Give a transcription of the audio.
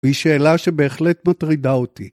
‫היא שאלה שבהחלט לא מטרידה אותי.